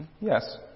Yes